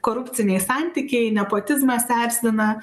korupciniai santykiai nepotizmas erzina